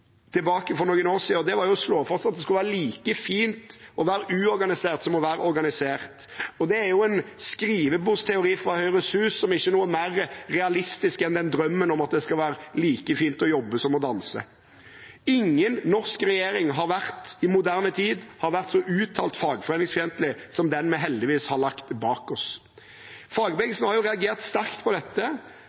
for noen år siden, var å slå fast at det skulle være like fint å være uorganisert som å være organisert. Det er en skrivebordsteori fra Høyres hus som ikke er mer realistisk enn drømmen om at det skal være like fint å jobbe som å danse. Ingen norsk regjering i moderne tid har vært så uttalt fagforeningsfiendtlig som den vi heldigvis har lagt bak oss. Fagbevegelsen har reagert sterkt på dette,